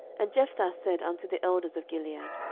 and jephthah said unto the elders of gilead,